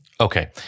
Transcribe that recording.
Okay